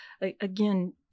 Again